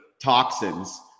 toxins